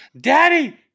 Daddy